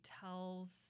tells